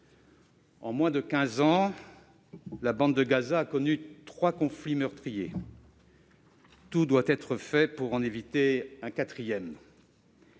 En moins de quinze ans, la bande de Gaza a connu trois conflits meurtriers. Tout doit être fait pour en éviter un quatrième.